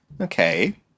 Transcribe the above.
okay